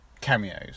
cameos